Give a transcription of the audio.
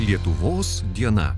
lietuvos diena